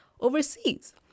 overseas